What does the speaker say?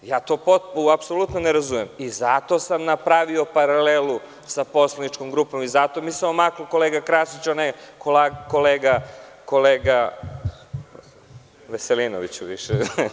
To apsolutno ne razumem i zato sam napravio paralelu sa poslaničkom grupom i zato mi se omaklo - kolega Krasiću, a ne - kolega Veselinoviću.